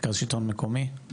מרכז שלטון מקומי?